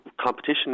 competition